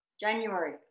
January